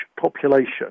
population